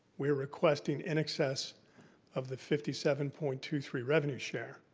we are requesting in excess of the fifty seven point two three revenue share.